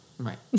Right